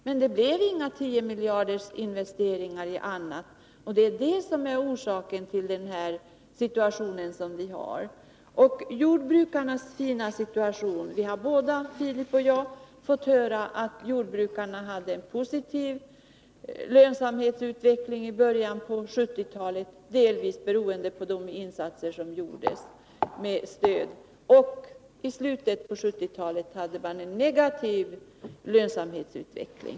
Men det blev inga 10 miljarders investeringar i annat, och detta är orsaken till den situation vi har. Både Filip Johansson och jag har fått höra att jordbrukarna hade en positiv lönsamhetsutveckling i början på 1970-talet beroende på de insatser som gjordes med stöd. I slutet av 1970-talet hade man däremot en negativ lönsamhetsutveckling.